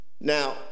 Now